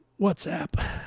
WhatsApp